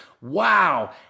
wow